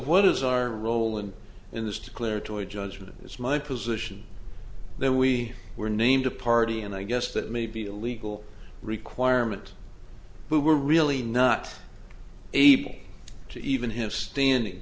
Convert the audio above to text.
what is our role and in this declaratory judgment is my position then we were named a party and i guess that may be a legal requirement but we're really not able to even have standing